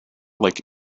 like